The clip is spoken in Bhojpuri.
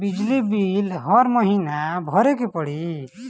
बिजली बिल हर महीना भरे के पड़ी?